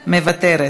מוותרת,